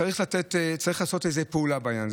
וצריך לעשות איזו פעולה בעניין.